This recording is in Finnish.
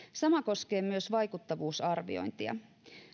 sama koskee myös vaikuttavuusarviointia